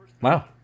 Wow